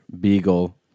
beagle